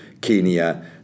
Kenya